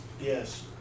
Yes